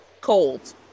cold